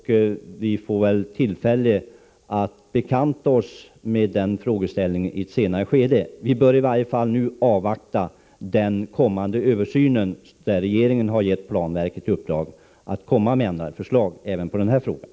Vi får tillfälle att bekanta oss med den frågeställningen i ett senare skede. Vi bör nu avvakta den kommande översynen. Regeringen har gett planverket i uppdrag att komma med förslag till ändringar även på denna punkt.